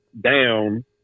down